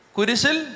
Kurisil